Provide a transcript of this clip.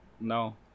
No